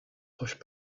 proches